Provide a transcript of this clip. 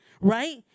right